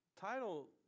Title